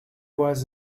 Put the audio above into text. was